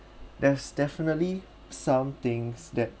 there's definitely some things that